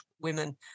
women